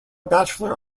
bachelor